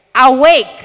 awake